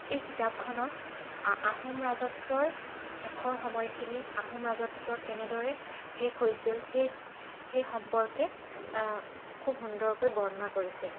এই কিতাপখনত আহোম ৰাজত্বৰ শেষৰ সময়খিনি আহোম ৰাজত্ব কেনেদৰে শেষ হৈছিল সেই সেই সম্পৰ্কে খুব সুন্দৰকৈ বৰ্ণনা কৰিছে